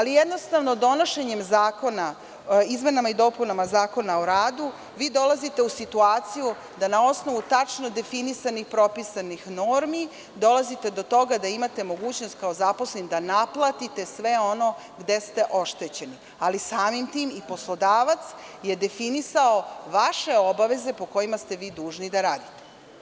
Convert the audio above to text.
Donošenjem izmena i dopuna Zakona o radu dolazite u situaciju da na osnovu tačno definisanih i propisanih normi dolazite do toga da imate mogućnost kao zaposleni da naplatite sve ono gde ste oštećeni, ali samim tim i poslodavac je definisao vaše obaveze po kojima ste vi dužni da radite.